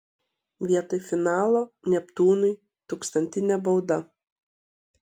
vietoj finalo neptūnui tūkstantinė bauda